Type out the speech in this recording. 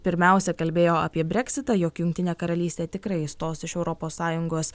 pirmiausia kalbėjo apie breksitą jog jungtinė karalystė tikrai išstos iš europos sąjungos